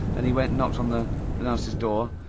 and he went and knocked on the mouse's door,